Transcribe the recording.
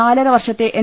നാലര വർഷത്തെ എൻ